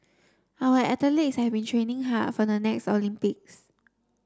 our athletes has been training hard for the next Olympics